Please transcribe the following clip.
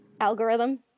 Algorithm